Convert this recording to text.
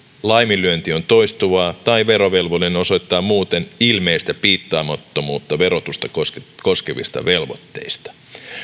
laiminlyönti on toistuvaa tai verovelvollinen osoittaa muuten ilmeistä piittaamattomuutta verotusta koskevista koskevista velvoitteista